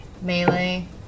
melee